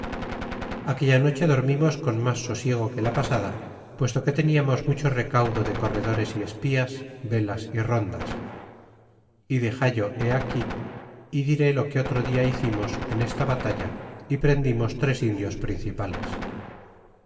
aquella noche dormimos con mas sosiego que la pasada puesto que teniamos mucho recaudo de corredores y espías velas y rondas y dexallo he aquí é diré lo que otro dia hicimos en esta batalla y prendimos tres indios principales